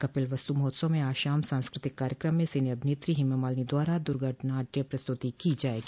कपिलवस्तु महोत्सव में आज शाम सांस्कृतिक कार्यक्रम में सिने अभिनेत्री हेमामालिनी द्वारा दुर्गा नाट्य प्रस्तुति की जायेगी